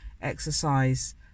exercise